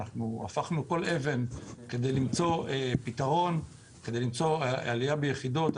הפכנו כל אבן כדי למצוא פתרון או עלייה ביחידות.